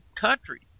country